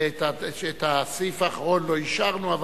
את הסעיף האחרון לא אישרנו,